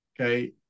Okay